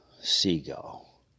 seagull